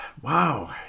Wow